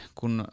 kun